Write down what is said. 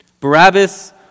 Barabbas